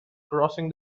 crossing